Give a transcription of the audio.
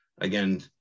again